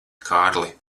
kārli